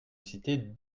citer